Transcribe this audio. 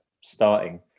starting